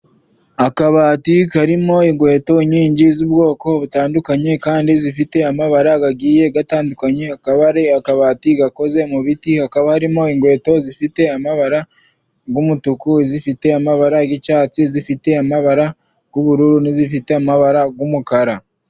Akabati karimo inkweto nyinshi z'ubwoko butandukanye kandi zifite amabara agiye atandukanye. Akaba ari akabati gakoze mu biti, hakaba harimo inkweto zifite amabara y'umutuku, zifite amabara y'icyatsi, zifite amabara y'ubururu n'izifite amabara y'umukara.